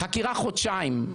חקירה חודשיים,